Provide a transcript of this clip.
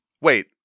Wait